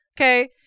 Okay